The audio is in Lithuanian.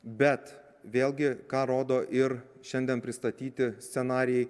bet vėlgi ką rodo ir šiandien pristatyti scenarijai